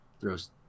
Throws